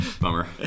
Bummer